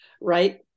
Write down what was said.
right